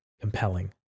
compelling